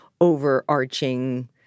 overarching